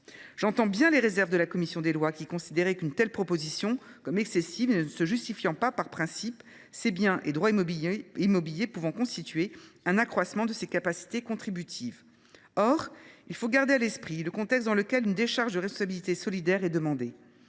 J’entends bien les réserves de la commission des lois, pour laquelle une telle proposition est excessive et ne se justifie pas par principe, ces biens et droits immobiliers pouvant constituer un accroissement des capacités contributives. Or il faut garder à l’esprit le contexte dans lequel une décharge de responsabilité solidaire est demandée.